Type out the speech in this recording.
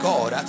God